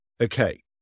Okay